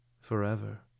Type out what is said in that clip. forever